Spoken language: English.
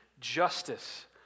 justice